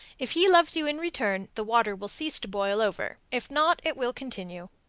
if he loves you in return, the water will cease to boil over if not, it will continue.